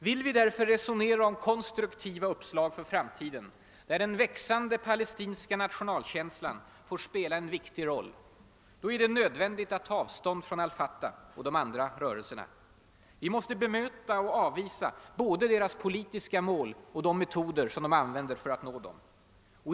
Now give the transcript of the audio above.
Vill vi därför resonera om konstruktiva uppslag för framtiden, där den växande palestinska nationalkänslan får spela en viktig roll, är det nödvändigt att ta avstånd från al Fatah och de andra rörelserna. Vi måste bemöta och avvisa både deras politiska mål och de metoder som de använder för att nå dem.